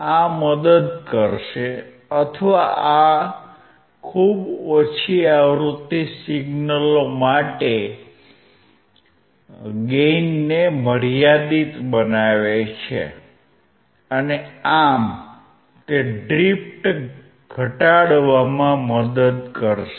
આ મદદ કરશે અથવા આ ખૂબ ઓછી આવૃતિ સિગ્નલો માટે ગેઇનને મર્યાદિત બનાવે છે અને આમ તે ડ્રિફ્ટ ઘટાડવામાં મદદ કરશે